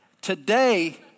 today